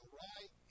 right